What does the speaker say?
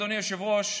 אדוני היושב-ראש,